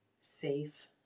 safe